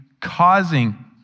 causing